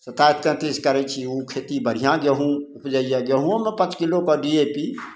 सताइस तेँतिस करै छी ओ खेती बढ़िआँ गेहूँ उपजैए गेहुँओमे पाँच किलोके डी ए पी